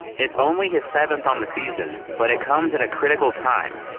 it's only his seventh on the season but it comes at a critical time.